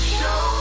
show